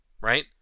right